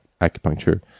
acupuncture